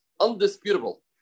undisputable